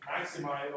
maximize